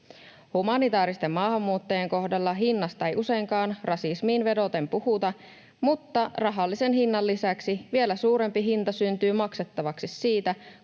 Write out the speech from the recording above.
Humanitaaristen maahanmuuttajien kohdalla hinnasta ei useinkaan rasismiin vedoten puhuta, mutta rahallisen hinnan lisäksi vielä suurempi hinta syntyy maksettavaksi siitä,